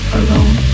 alone